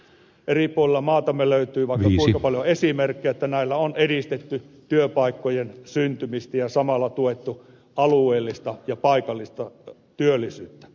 eri puolilla maatamme löytyy vaikka kuinka paljon esimerkkejä että näillä on edistetty työpaikkojen syntymistä ja samalla tuettu alueellista ja paikallista työllisyyttä